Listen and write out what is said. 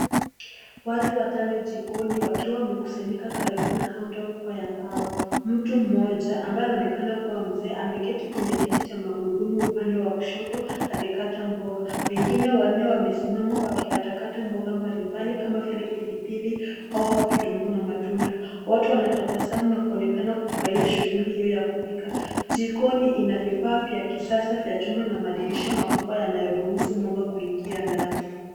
Watu watano jikoni wakiwa wamekusanyika karibu na kaunta kubwa ya mbao. Mtu mmoja ambaye anaonekana kuwa mzee ameketi kwenye kiti cha magurudumu, upande wa kushoto akikata mboga. Wengine wanne wamesimama wakikatakata mboga mbalimbali kama vile pilipili, hoho, vitunguu na matunda. Wote wanatabasamu na kuonekana kufurahia shughuli hio ya kupika. Jikoni ina vifaa vya kisasa vya chuma na madirisha makubwa yanayoruhusu mwanga kuingia ndani.